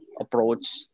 approach